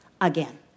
again